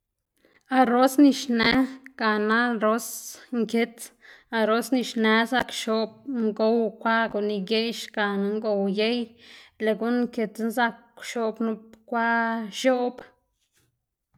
arros nisnë gana arros nkits, arros nixnë zak x̱oꞌb ngow kwa, guꞌn igeꞌx gana ngow uyey, lëꞌ guꞌn nkitsna zak x̱oꞌb nup kwa x̱oꞌb.